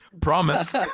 Promise